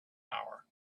hour